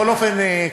בכל אופן,